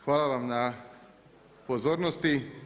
Hvala vam na pozornosti.